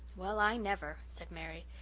well, i never, said mary.